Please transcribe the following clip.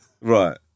Right